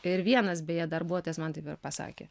ir vienas beje darbuotojas man taip ir pasakė